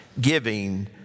giving